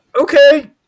okay